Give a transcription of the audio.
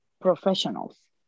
professionals